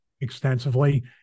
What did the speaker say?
extensively